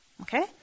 Okay